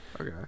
Okay